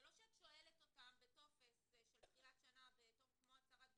זה לא שאת שואלת אותם בטופס בתחילת שנה כמו הצהרת בריאות.